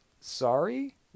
sorry